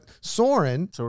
Soren